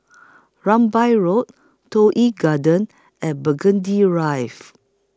Rambai Road Toh Yi Garden and Burgundy